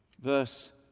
Verse